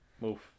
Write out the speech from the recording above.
Move